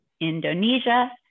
Indonesia